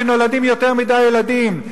כי נולדים יותר מדי ילדים.